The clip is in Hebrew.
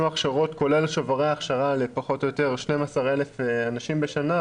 הכשרות כולל שוברי הכשרה לפחות או יותר 12,000 אנשים בשנה,